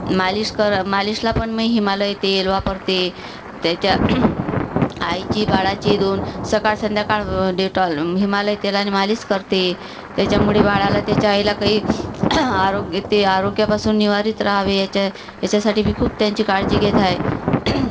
मालीश करा मालीशला पण मी हिमालय तेल वापरते त्याच्या आईची बाळाची दोन सकाळ संध्याकाळ डेटोल हिमालया तेलानी मालीश करते त्याच्यामुळे बाळाला त्याच्या आईला काही आरोग्यते आरोग्यापासून निवारीत रहावे याच्यासाठी मी खूप त्यांची काळजी घेत आहे